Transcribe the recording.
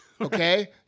okay